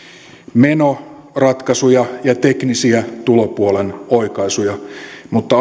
menoratkaisuja ja teknisiä tulopuolen oikaisuja mutta